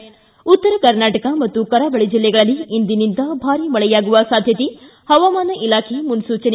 ಿ ಉತ್ತರಕರ್ನಾಟಕ ಮತ್ತು ಕರಾವಳಿ ಜಿಲ್ಲೆಗಳಲ್ಲಿ ಇಂದಿನಿಂದ ಭಾರಿ ಮಳೆಯಾಗುವ ಸಾಧ್ಯತೆ ಹವಾಮಾನ ಇಲಾಖೆ ಮುನ್ನುಚನೆ